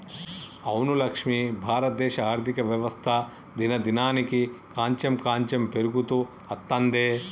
అవునే లక్ష్మి భారతదేశ ఆర్థిక వ్యవస్థ దినదినానికి కాంచెం కాంచెం పెరుగుతూ అత్తందే